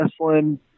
wrestling